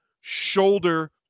shoulder